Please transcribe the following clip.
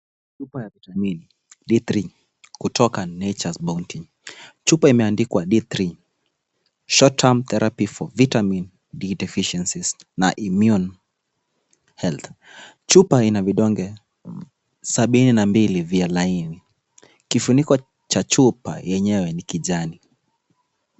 Chupa ya Vitamini D3 kutoka Nature's Bounty. Chupa imeandikwa D3 short term therapy for vitamin D deficiencies na immune health . Chupa ina vidonge sabini na mbili vya laini. Kifuniko cha chupa yenyewe ni kijani.